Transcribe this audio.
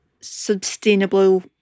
sustainable